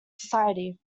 society